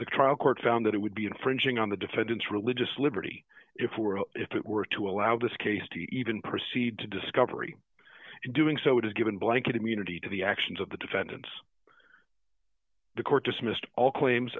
the trial court found that it would be infringing on the defendant's religious liberty if were if it were to allow this case to even proceed to discovery doing so it has given blanket immunity to the actions of the defendants the court dismissed all claims